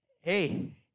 Hey